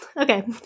Okay